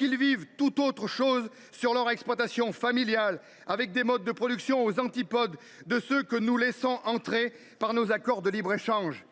Ils vivent tout autre chose sur leurs exploitations familiales, dont les modes de production sont aux antipodes de ceux des produits que nous laissons entrer par nos accords de libre échange :